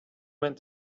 went